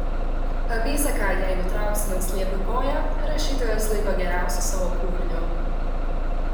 apysaką jei nutrauksime sliekui koją rašytojas laiko geriausiu savo kūriniu